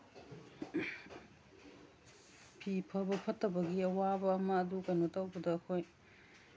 ꯐꯤ ꯐꯕ ꯐꯠꯇꯕꯒꯤ ꯑꯋꯥꯕ ꯑꯃ ꯑꯗꯨ ꯀꯩꯅꯣ ꯇꯧꯕꯗ ꯑꯩꯈꯣꯏ